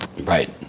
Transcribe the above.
right